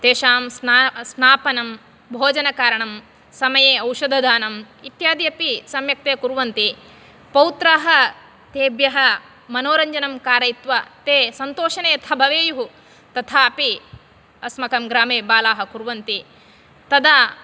तेषां स्ना स्नापनं भोजनकारणं समये औषधदानं इत्यादि अपि सम्यक् ते कुर्वन्ति पौत्राः तेभ्यः मनोरञ्जनं कारयित्वा ते सन्तोषेण यथा भवेयुः तथापि अस्माकं ग्रामे बालाः कुर्वन्ति तदा